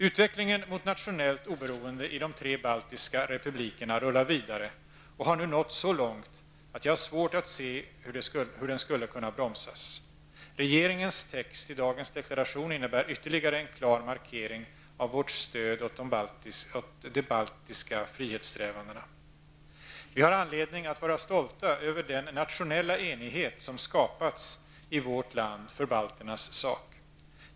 Utvecklingen mot nationellt oberoende i de tre baltiska republikerna rullar vidare och har nu nått så långt att jag har svårt att se hur den skall kunna bromsas. Regeringens text i dagens deklaration innebär ytterligare en klar markering av vårt stöd åt de baltiska frihetssträvandena. Vi har anledning att vara stolta över den nationella enighet som skapats i vårt land för balternas sak.